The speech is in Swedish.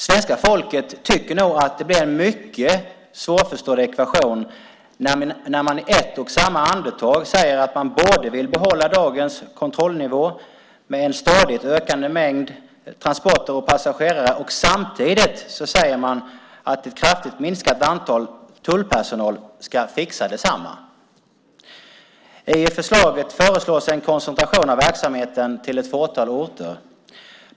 Svenska folket tycker nog att det blir en mycket svårförståelig ekvation när man i ett och samma andetag säger att man både vill behålla dagens kontrollnivå med en stadigt ökande mängd transporter och passagerare och att ett kraftigt minskat antal tullpersonal ska fixa detsamma. I förslaget föreslås en koncentration av verksamheten till ett fåtal orter.